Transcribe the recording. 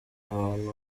abantu